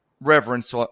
reverence